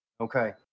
Okay